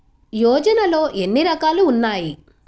యోజనలో ఏన్ని రకాలు ఉన్నాయి?